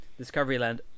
Discoveryland